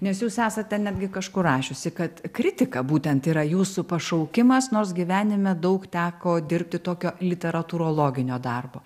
nes jūs esate netgi kažkur rašiusi kad kritika būtent yra jūsų pašaukimas nors gyvenime daug teko dirbti tokio literatūrologinio darbo